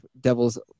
devil's